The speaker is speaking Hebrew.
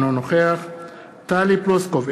אינו נוכח טלי פלוסקוב,